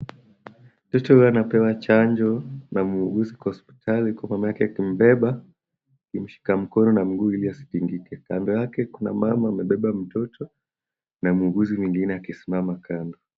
Mtoto huyu anapewa chanjo na muuguzi kwa hospitali uku mamake akimbeba akimshika mkono na mguu ili asitingike. Kando yake kuna mama amebeba mtoto na muuguzi mwingne akisimama kando.